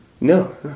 No